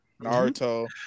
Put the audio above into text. Naruto